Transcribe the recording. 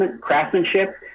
craftsmanship